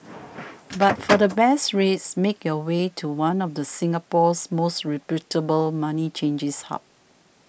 but for the best rates make your way to one of the Singapore's most reputable money changing hubs